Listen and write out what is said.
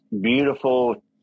beautiful